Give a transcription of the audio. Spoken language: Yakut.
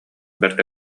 бэрт